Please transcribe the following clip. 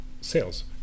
sales